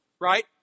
right